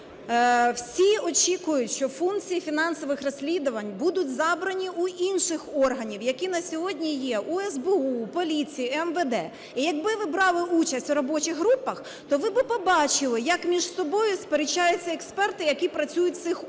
всі очікують, що функції фінансових розслідувань будуть забрані у інших органів, які на сьогодні є у СБУ, у поліції і МВД. І якби ви брали участь в робочих групах, то ви би побачили, як між собою сперечаються експерти, які працюють в цих органах.